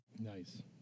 Nice